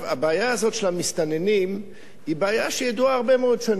הבעיה הזו של המסתננים היא בעיה שידועה הרבה מאוד שנים.